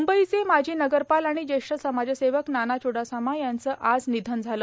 म्ंबईचे माजी नगरपाल आणि ज्येष्ठ समाजसेवक नाना च्डासमा यांचं आज निधन झालं